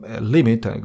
limit